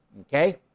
okay